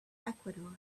ecuador